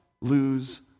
lose